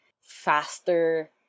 faster